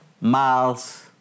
miles